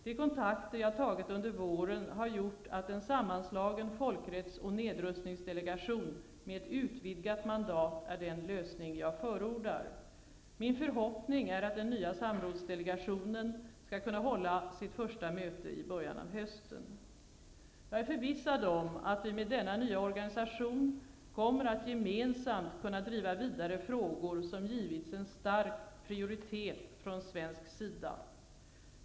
De kontakter jag tagit under våren har gjort att en sammanslagen folkrätts och nedrustningssdelegation med ett utvidgat mandat är den lösning jag förordar. Min förhoppning är att den nya samrådsdelegationen skall kunna hålla sitt första möte i början av hösten. Jag är förvissad om att vi med denna nya organisation kommer att gemensamt kunna driva vidare frågor som givits en stark prioritet från svensk sida.